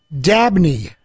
Dabney